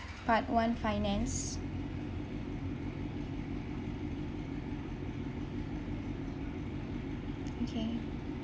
part one finance okay